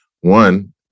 one